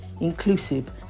inclusive